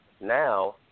now